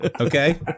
okay